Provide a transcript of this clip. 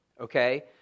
Okay